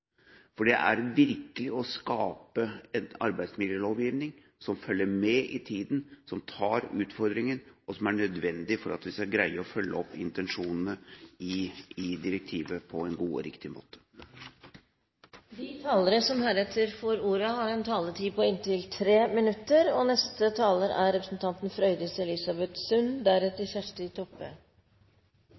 Det er virkelig å skape en arbeidsmiljølovgivning som følger med i tiden, som tar utfordringen, og som er nødvendig for at vi skal greie å følge opp intensjonene i direktivet på en god og riktig måte. De talere som heretter får ordet, har en taletid på inntil 3 minutter.